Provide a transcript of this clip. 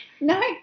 No